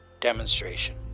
demonstration